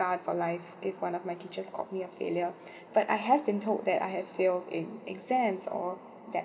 scarred for life if one of my teachers called me a failure but I have been told that I had failed in exams or